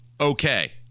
okay